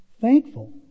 thankful